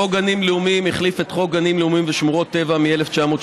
חוק גנים לאומיים החליף את חוק גנים לאומיים ושמורות טבע מ-1963,